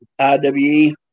IWE